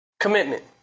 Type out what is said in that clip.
Commitment